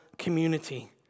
community